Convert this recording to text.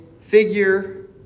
figure